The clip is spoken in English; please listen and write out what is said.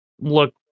look